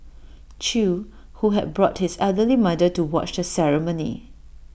chew who had brought his elderly mother to watch the ceremony